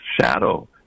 shadow